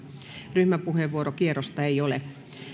ryhmäpuheenvuorokierrosta ei ole